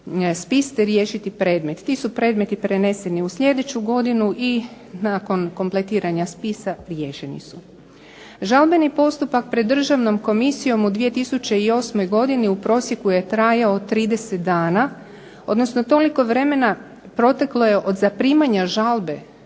te riješiti predmet. Ti su predmeti preneseni u sljedeću godini i nakon kompletiranja spisa riješeni su. Žalbeni postupak pred Državnom komisijom u 2008. godini u prosjeku je trajao 30 dana, odnosno toliko vremena proteklo je od zaprimanja žalbe